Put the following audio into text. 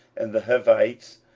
and the hivites,